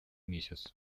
месяцы